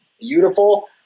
beautiful